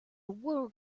world